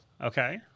okay